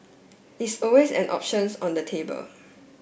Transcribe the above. it's always an options on the table